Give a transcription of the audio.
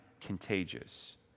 contagious